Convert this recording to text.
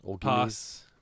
pass